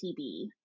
TB